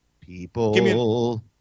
People